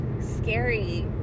scary